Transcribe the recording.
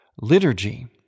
liturgy